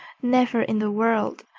never in the world!